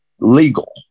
legal